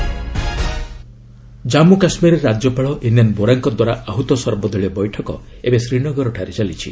JK governor Jammu Kashmir ରାଜ୍ୟପାଳ N N ବୋରାଙ୍କ ଦ୍ୱାରା ଆହୁତ ସର୍ବଦଳୀୟ ବୈଠକ ଏବେ ଶ୍ରୀନଗରଠାରେ ଚାଲିଛି